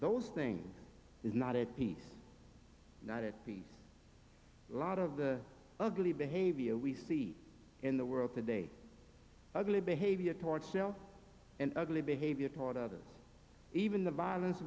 those things is not at peace not at peace a lot of the ugly behavior we see in the world today ugly behavior toward self and ugly behavior toward others even the violence